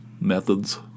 methods